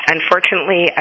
Unfortunately